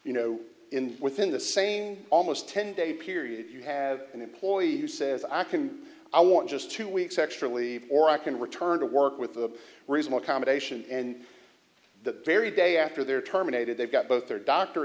you know in within the same almost ten day period you have an employee who says i can i want just two weeks actually or i can return to work with the raise more combination and the very day after their terminated they've got both their doctor